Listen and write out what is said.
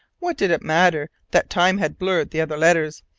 what did it matter that time had blurred the other letters?